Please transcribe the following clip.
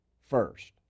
first